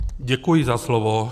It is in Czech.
Děkuji za slovo.